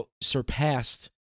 surpassed